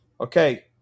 Okay